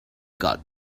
got